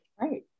Right